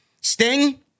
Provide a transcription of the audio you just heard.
Sting